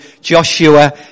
Joshua